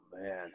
man